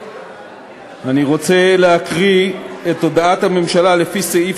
אני רוצה להקריא את הודעת הממשלה לפי סעיף